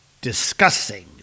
discussing